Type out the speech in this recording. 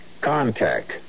Contact